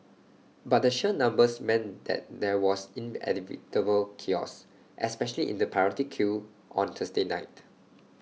but the sheer numbers meant that there was inevitable chaos especially in the priority queue on Thursday night